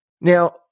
Now